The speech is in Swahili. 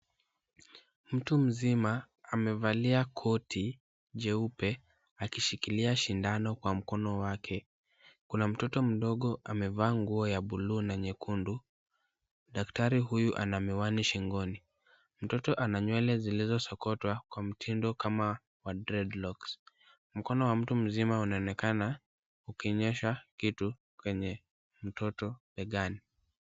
Mtu mzima amevalia koti jeupe akishikilia shindano kwa mkono wake, kuna mtoto mdogo amevaa nguo ya bluu na nyekundu, daktari huyu ana miwani shingoni. Mtoto ana nywele zilizosokotwa kwa mtindo kama wa dreadlocks . Mkono wa mtu mzima unaonekana ukionyesha kitu kwenye mtoto begani.